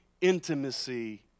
intimacy